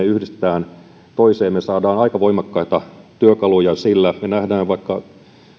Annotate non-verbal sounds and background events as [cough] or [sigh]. [unintelligible] yhdistetään toisiinsa me saamme aika voimakkaita työkaluja sillä me näemme vaikka